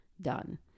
done